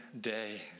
day